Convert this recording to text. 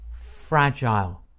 fragile